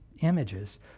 images